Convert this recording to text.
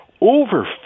Over